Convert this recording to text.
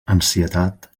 ansietat